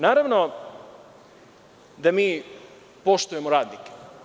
Naravno da mi poštujemo radnike.